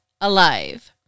alive